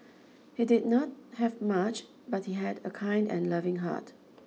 he did not have much but he had a kind and loving heart